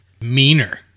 meaner